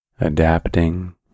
adapting